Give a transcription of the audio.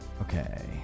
Okay